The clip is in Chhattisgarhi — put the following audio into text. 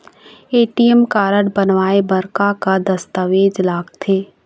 ए.टी.एम कारड बनवाए बर का का दस्तावेज लगथे?